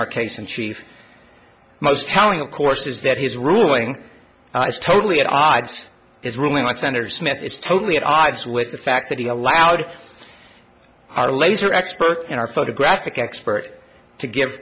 our case in chief most telling of course is that his ruling was totally at odds his ruling like senator smith is totally at odds with the fact that he allowed a laser expert in our photographic expert to give